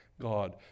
God